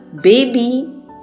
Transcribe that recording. baby